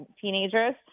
teenagers